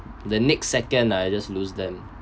the next second lah I just lose them